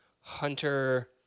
hunter